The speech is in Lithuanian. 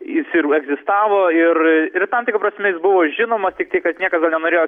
jis ir egzistavo ir ir tam tikra prasme jis buvo žinomas tik tiek kad niekas jo nenorėjo